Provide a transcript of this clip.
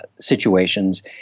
situations